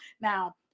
Now